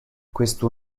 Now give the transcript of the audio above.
questo